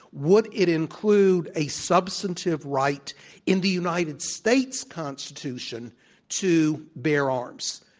would it include a substantive right in the united states constitution to bear arms?